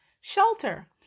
shelter